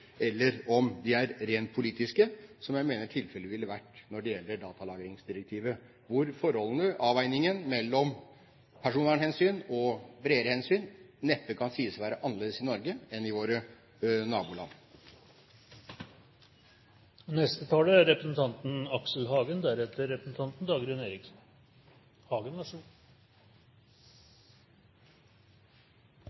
eller om de er rent politiske, som jeg mener tilfellet ville vært når det gjelder datalagringsdirektivet, hvor forholdene, avveiningen mellom personvernhensyn og bredere hensyn, neppe kan sies å være annerledes i Norge enn i våre naboland. Jeg har brukt helgen på Nei til EU-arrangement, først en kommunekonferanse og så